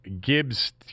Gibbs